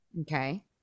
Okay